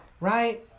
right